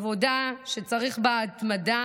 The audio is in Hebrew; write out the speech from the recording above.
עבודה שצריך בה התמדה,